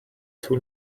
طول